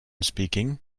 speaking